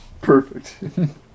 Perfect